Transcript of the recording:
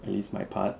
when it's my part